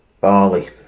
Bali